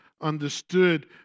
understood